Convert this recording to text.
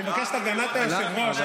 אני מבקש את הגנת היושב-ראש.